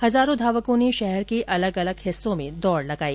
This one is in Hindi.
हजारों धावकों ने शहर के अलग अलग हिस्सों में दौड़ लगाई